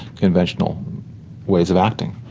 conventional ways of acting.